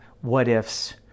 what-ifs